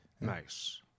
nice